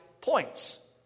points